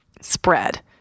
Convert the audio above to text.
spread